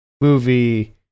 movie